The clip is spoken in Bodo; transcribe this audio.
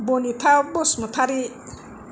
बनिथा बसुमतारी